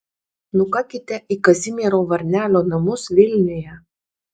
nukakite į kazimiero varnelio namus vilniuje